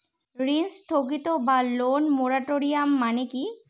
ঋণ স্থগিত বা লোন মোরাটোরিয়াম মানে কি?